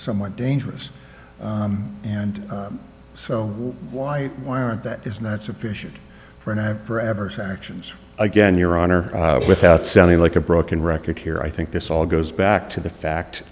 somewhat dangerous and so why why isn't that is not sufficient for and i'm forever sanctions again your honor without sounding like a broken record here i think this all goes back to the fact